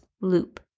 loop